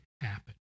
happen